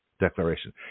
declaration